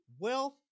wealth